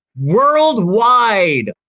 Worldwide